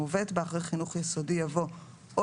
המובאת בה אחרי "חינוך יסודי" יבוא ",